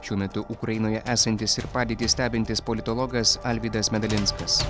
šiuo metu ukrainoje esantis ir padėtį stebintis politologas alvydas medalinskas